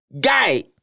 Guy